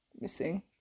missing